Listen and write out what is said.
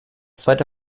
zweite